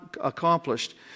accomplished